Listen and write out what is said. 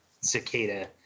cicada